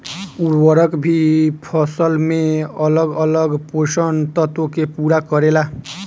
उर्वरक भी फसल में अलग अलग पोषण तत्व के पूरा करेला